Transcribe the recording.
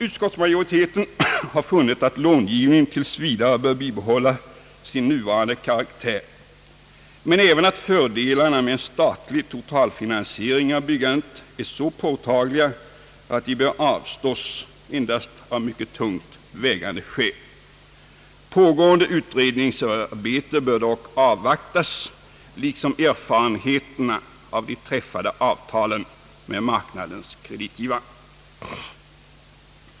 Utskottsmajoriteten har funnit att långivningen tills vidare bör bibehålla sin nuvarande karaktär, men även att fördelarna med en statlig totalfinansiering av byggandet är så påtagliga, att man bör avstå från dem endast av mycket tungt vägande skäl. Pågående utredningsarbete bör dock avvaktas, liksom erfarenheterna av de träffade avtalen med marknadens kreditgivare.